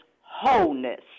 wholeness